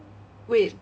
wait